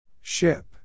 Ship